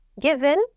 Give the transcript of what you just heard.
given